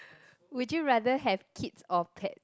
would you rather have kids or pets